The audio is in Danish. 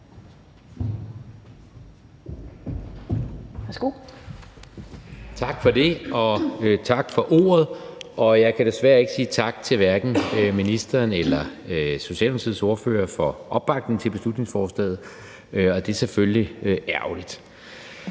Tak for det, og tak for ordet. Og jeg kan desværre ikke sige tak til ministeren eller Socialdemokratiets ordfører for opbakning til beslutningsforslaget, og det er selvfølgelig ærgerligt.